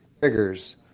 triggers